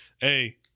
Hey